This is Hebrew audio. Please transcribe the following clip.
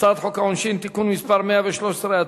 הצעת חוק העונשין (תיקון מס' 113),